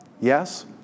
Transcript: Yes